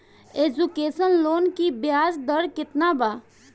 Education loan की ब्याज दर केतना बा?